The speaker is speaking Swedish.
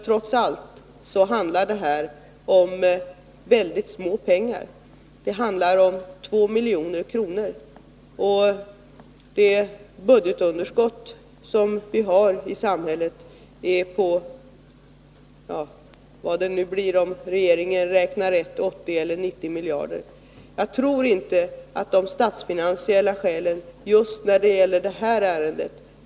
Trots allt handlar det här Information till ärendet om ganska litet pengar — 2 milj.kr. — medan budgetunderskottet i ;,yandrare inför samhället är på 80 eller 90 miljarder — eller vad det nu blir, om regeringen 1982 års kommuräknar rätt. Jag tror inte att de statsfinansiella skälen väger så väldigt tungt just när det gäller det här ärendet.